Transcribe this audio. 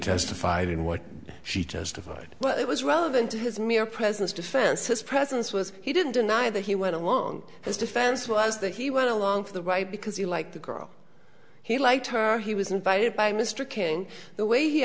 testified in what she testified well it was relevant to his mere presence defense's presence was he didn't deny that he went along his defense was that he went along to the right because he liked the girl he liked her he was invited by mr king the way he